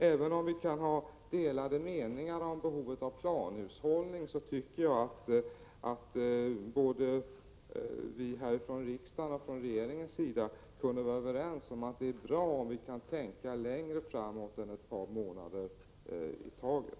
Även om vi kan ha delade meningar om behovet av planhushållning, borde vi i riksdagen och regeringen kunna vara överens om att det är bra om vi kan tänka längre framåt än ett par månader i taget.